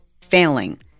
failing